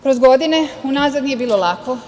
Kroz godine unazad nije bilo lako.